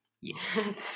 Yes